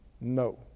No